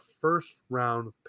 first-round